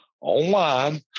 online